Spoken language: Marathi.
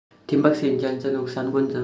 ठिबक सिंचनचं नुकसान कोनचं?